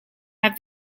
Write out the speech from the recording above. have